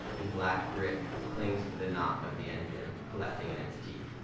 and black grit clings to the knot of the engine, collecting in its teeth.